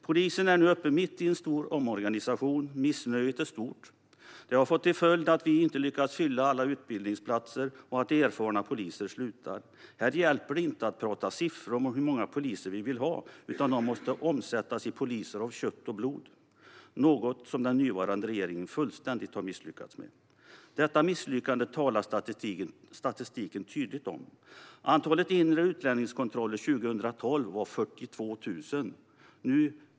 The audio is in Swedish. Polisen är nu mitt i en stor omorganisation, och missnöjet är stort. Det har fått till följd att vi inte lyckas fylla alla utbildningsplatser och att erfarna poliser slutar. Här hjälper det inte att prata siffror och om hur många poliser vi vill ha - det måste omsättas i poliser av kött och blod, något som den nuvarande regeringen har misslyckats fullständigt med. Detta misslyckande talar statistiken tydligt om. Antalet inre utlänningskontroller 2012 var 42 000.